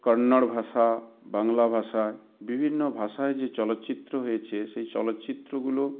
কন্নড় ভাষা বাংলা ভাষা বিভিন্ন ভাষায় যে চলচ্চিত্র হয়েছে সেই চলচ্চিত্রগুলো